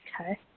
Okay